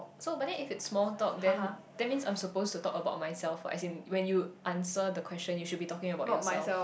so but then if it's small talk then that means I'm supposed to talk about myself or as in when you answer the question you should be talking about yourself